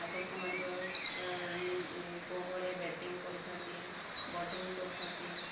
ଆଗକୁ ମଧ୍ୟ କେଉଁ ଭଳିଆ ବ୍ୟାଟିଂ କରୁଛନ୍ତି ବୋଲିଂ କରୁଛନ୍ତି